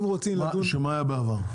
אם רוצים לדון --- שמה היה בעבר?